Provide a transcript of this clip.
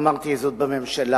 אמרתי זאת בממשלה